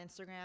Instagram